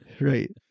Right